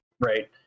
right